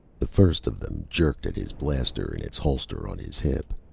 the first of them jerked at his blaster in its holster on his hip.